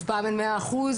אף פעם אין מאה אחוז,